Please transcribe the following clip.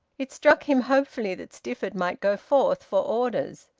it struck him hopefully that stifford might go forth for orders.